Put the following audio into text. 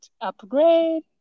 upgrade